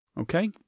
Okay